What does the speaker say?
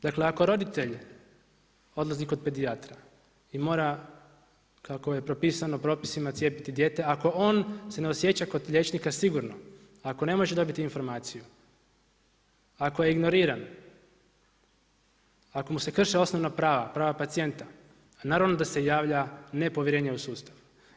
Dakle, ako roditelj odlazi kod pedijatra i mora kako je propisano propisima cijepiti dijete, ako on se ne osjeća kod liječnika sigurno, ako ne može dobiti informaciju, ako je ignoriran, ako mu se krše osnovna prava, prava pacijenta, naravno da se javlja nepovjerenje u sustav.